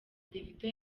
davido